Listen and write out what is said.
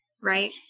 right